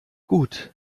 gut